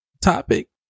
topic